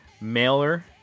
mailer